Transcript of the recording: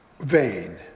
vain